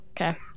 Okay